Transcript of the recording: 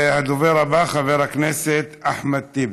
הדובר הבא, חבר הכנסת אחמד טיבי.